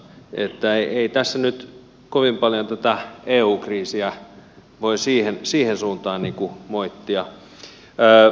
ei tässä nyt kovin paljon tätä eu kriisiä voi siihen suuntaan moittia